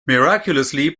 miraculously